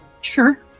Sure